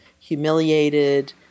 humiliated